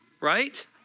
Right